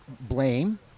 blame